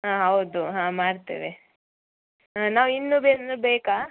ಹಾಂ ಹೌದು ಹಾಂ ಮಾಡ್ತೇವೆ ಹಾಂ ನಾವು ಇನ್ನು ಏನು ಬೇಕಾ